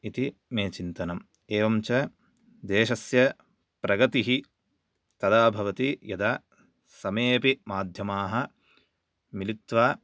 इति मे चिन्तनम् एवं च देशस्य प्रगतिः तदा भवति यदा समेऽपि माध्यमाः मिलित्वा